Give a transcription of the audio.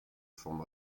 forme